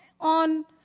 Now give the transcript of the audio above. on